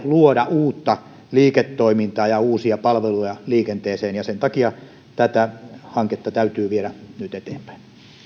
luoda uutta liiketoimintaa ja uusia palveluja liikenteeseen ja sen takia tätä hanketta täytyy viedä nyt eteenpäin